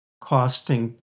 costing